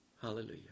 hallelujah